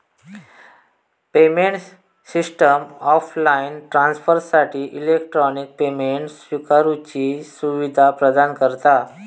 payment system offline ट्रांसफरसाठी electronic payment स्विकारुची सुवीधा प्रदान करता